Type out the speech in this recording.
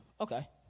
okay